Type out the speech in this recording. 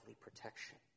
protection